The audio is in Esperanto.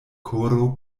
koro